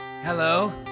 Hello